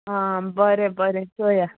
आं बरें बरें चोया